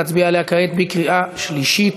להצביע עליה כעת בקריאה שלישית.